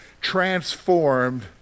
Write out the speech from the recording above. transformed